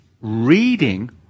reading